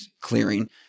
clearing